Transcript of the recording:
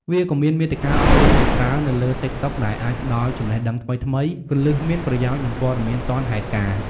វាក៏មានមាតិកាអប់រំជាច្រើននៅលើតិកតុកដែលអាចផ្ដល់ចំណេះដឹងថ្មីៗ គន្លឹះមានប្រយោជន៍ និងព័ត៌មានទាន់ហេតុការណ៍។